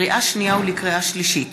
לקריאה שנייה ולקריאה שלישית: